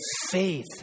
faith